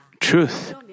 Truth